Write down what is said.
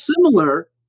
similar